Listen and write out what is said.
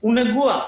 הוא נגוע,